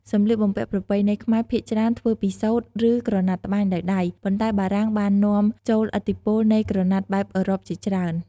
សម្លៀកបំំពាក់ប្រពៃណីខ្មែរភាគច្រើនធ្វើពីសូត្រ ឬ ក្រណាត់ត្បាញដោយដៃ ប៉ុន្តែបារាំងបាននាំចូលឥទ្ធិពលនៃក្រណាត់បែបអឺរ៉ុបជាច្រើន។